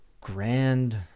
Grand